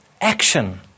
action